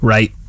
Right